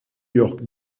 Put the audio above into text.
york